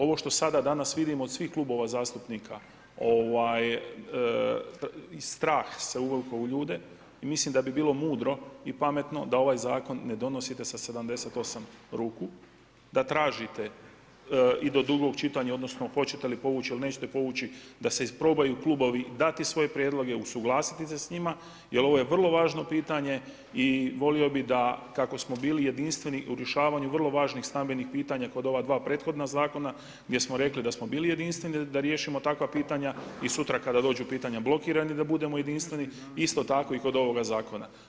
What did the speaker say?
Ovo što sada danas vidimo od svih klubova zastupnika, strah se uvukao u ljude i mislim da bi bilo mudro i pametno da ovaj zakon ne donosite sa 78 ruku, da tražite i do drugog čitanja hoćete li povući ili neće povući, da probaju klubovi dati svoje prijedloge, usuglasiti se s njima, jer ovo je vrlo važno pitanje i volio bi da kako smo bili jedinstveni u rješavanju uvrlo važnih stambenih pitanja kod ova dva prethodna zakona gdje smo rekli dasmo bili jedinstveni, da riješimo takva pitanja i sutra kada dođu pitanja blokiranih da budemo jedinstveni, isto tako i kod ovoga zakona.